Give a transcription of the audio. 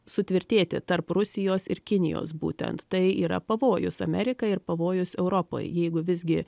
sutvirtėti tarp rusijos ir kinijos būtent tai yra pavojus amerikao ir pavojus europoj jeigu visgi